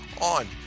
on